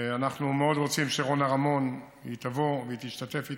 אנחנו מאוד רוצים שרונה רמון תבוא ותשתתף איתנו,